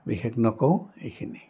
বিশেষ নকওঁ এইখিনিয়ে